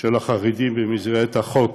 של החרדים במסגרת החוק